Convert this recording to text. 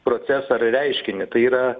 procesorio reiškinį tai yra